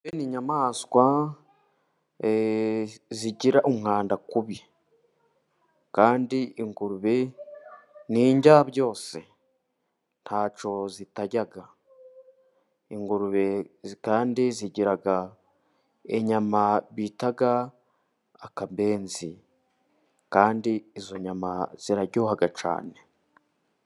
Ingurube ni inyamaswa zigira umwanda kubi, kandi ingurube ni indyabyose, ntacyo zitarya ingurube kandi zigira inyama bita akabenzi kandi izo nyama ziraryoha cyane.